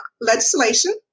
legislation